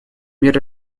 мер